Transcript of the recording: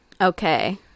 Okay